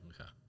Okay